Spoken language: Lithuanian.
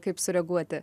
kaip sureaguoti